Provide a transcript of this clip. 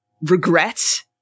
regret